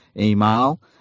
email